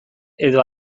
edo